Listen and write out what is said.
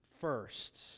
first